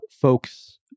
folks